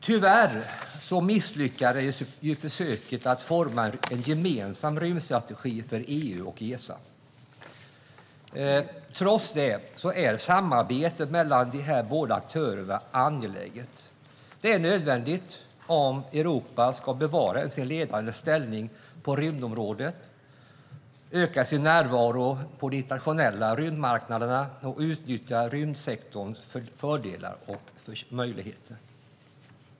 Tyvärr misslyckades försöket att forma en gemensam rymdstrategi för EU och Esa. Trots det är samarbetet mellan dessa båda aktörer angeläget. Det är nödvändigt om Europa ska bevara sin ledande ställning på rymdområdet, öka sin närvaro på de internationella rymdmarknaderna och utnyttja rymdsektorns fördelar och möjligheter.